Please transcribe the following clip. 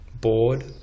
bored